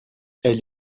elle